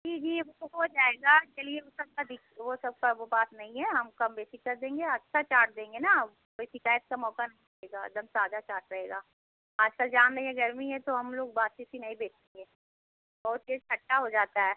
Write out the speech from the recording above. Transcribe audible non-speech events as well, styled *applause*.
जी जी *unintelligible* हो जाएगा चलिए वो सबका वो सबका वो बात नहीं है हम कम बेसी कर देंगे अच्छा चाट देंगे ना कोई शिकायत का मौका नहीं मिलेगा एकदम ताजा चाट रहेगा आजकल जान रही हैं गर्मी है तो हम लोग बासी ओसी नहीं बेचेंगे बहुत तेज खट्टा हो जाता है